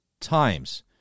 times